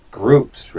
groups